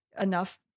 enough